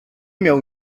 miał